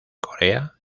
corea